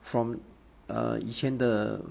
from err 以前的